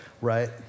right